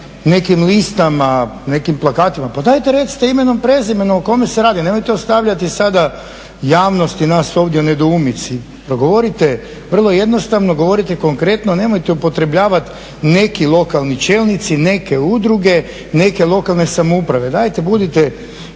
nekim listama, nekim plakatima. Pa dajte recite imenom i prezimenom o kome se radi, nemojte ostavljati sada javnost i nas ovdje u nedoumici, progovorite. Vrlo je jednostavno, govorite konkretno, nemojte upotrebljavati neki lokalni čelnici, neke udruge, neke lokalne samouprave. Dajte budite